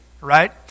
right